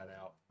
out